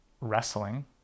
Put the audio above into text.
wrestling